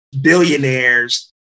billionaires